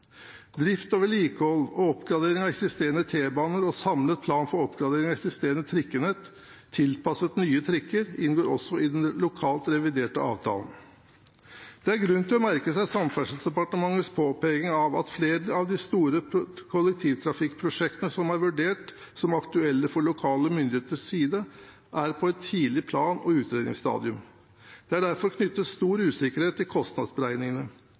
Drift, vedlikehold og oppgradering av eksisterende T-baner og samlet plan for oppgradering av eksisterende trikkenett tilpasset nye trikker inngår også i den lokalt reviderte avtalen. Det er grunn til å merke seg Samferdselsdepartementets påpeking av at flere av de store kollektivtrafikkprosjektene som er vurdert som aktuelle fra lokale myndigheters side, er på et tidlig plan- og utredningsstadium. Det er derfor knyttet stor usikkerhet til kostnadsberegningene.